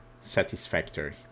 satisfactory